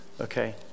Okay